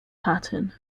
pattern